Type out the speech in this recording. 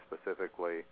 specifically